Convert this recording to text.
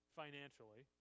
financially